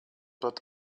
but